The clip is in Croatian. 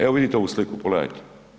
Evo vidite ovu sliku, pogledajte.